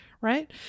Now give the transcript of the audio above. right